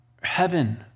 heaven